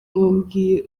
wambwiye